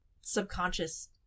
subconscious